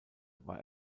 war